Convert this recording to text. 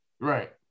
Right